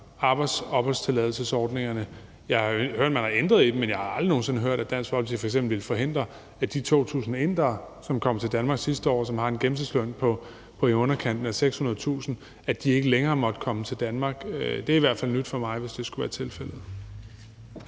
arbejdsopholdstilladelsesordningerne. Jeg har hørt, at man har ændret i dem, men jeg har aldrig nogen sinde hørt, at Dansk Folkeparti f.eks. ville forhindre de 2.000 indere, som kom til Danmark sidste år, og som har en gennemsnitsløn på i underkanten af 600.000 kr., i at komme til Danmark. Det er i hvert fald nyt for mig, hvis det skulle være tilfældet.